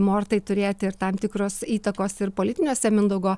mortai turėti ir tam tikros įtakos ir politiniuose mindaugo